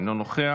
אינו נוכח,